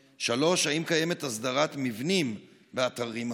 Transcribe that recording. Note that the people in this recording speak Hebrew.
3. האם קיימת הסדרת מבנים באתרים ארכיאולוגיים?